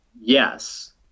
Yes